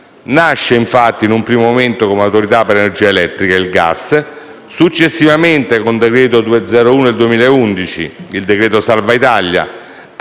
Nasce, infatti, in un primo momento come Autorità per l'energia elettrica e il gas; successivamente con decreto n. 201 del 2011 (il cosiddetto decreto Salva Italia)